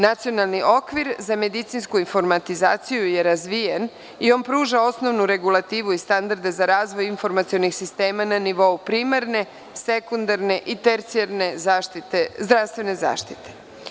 Nacionalni okvir za medicinsku informatizaciju je razvijen i on pruža osnovnu regulativu i standarde za razvoj informacionih sistema na nivou primarne, sekundarne i tercijalne zdravstvene zaštite.